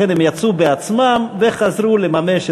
לכן הם יצאו בעצמם וחזרו לממש,